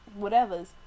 whatevers